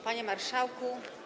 Panie Marszałku!